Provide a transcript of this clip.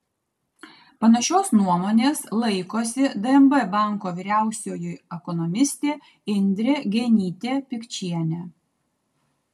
panašios nuomonės laikosi dnb banko vyriausioji ekonomistė indrė genytė pikčienė